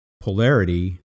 polarity